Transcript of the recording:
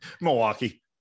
Milwaukee